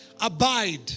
abide